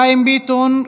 חיים ביטון,